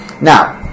Now